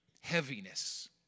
heaviness